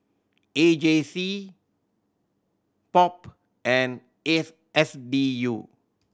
A J C POP and S S D U